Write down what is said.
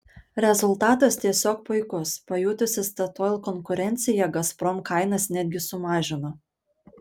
rezultatas tiesiog puikus pajutusi statoil konkurenciją gazprom kainas netgi sumažino